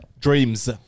dreams